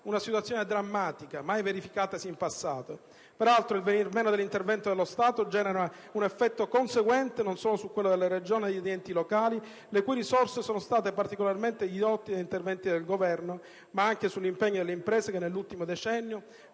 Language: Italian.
una situazione drammatica, mai verificatasi in passato. Peraltro, il venir meno dell'intervento dello Stato genera un effetto conseguente, non solo su quello delle Regioni e degli enti locali, le cui risorse sono state particolarmente ridotte dagli interventi del Governo, ma anche sull'impegno delle imprese che, nell'ultimo decennio,